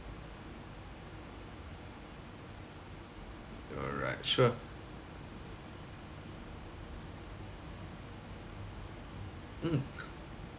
alright sure mm